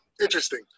Interesting